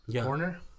corner